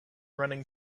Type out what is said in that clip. running